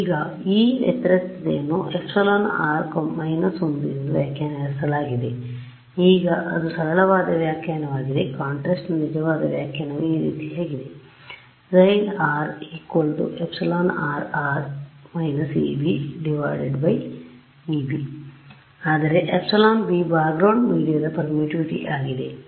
ಈಗ ಈ ವ್ಯತಿರಿಕ್ತತೆಯನ್ನು εr − 1ಎಂದು ವ್ಯಾಖ್ಯಾನಿಸಲಾಗಿದೆ ಈಗ ಅದು ಸರಳವಾದ ವ್ಯಾಖ್ಯಾನವಾಗಿದೆ ಕಾಂಟ್ರಾಸ್ಟ್ನ ನಿಜವಾದ ವ್ಯಾಖ್ಯಾನವು ಈ ರೀತಿಯಾಗಿದೆ χ εr − εbεb ಆದರೆ εb ಬ್ಯಾಗ್ರೊಂಡ್ ಮೀಡಿಯಾದ ಪರ್ಮಿಟಿವಿಟಿ ಆಗಿದೆ